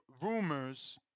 rumors